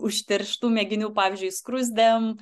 užterštų mėginių pavyzdžiui skruzdėm